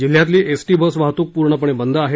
जिल्ह्यातली ST bus वाहतूक पूर्णपणे बंद आहे